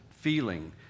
feeling